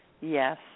Yes